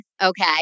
okay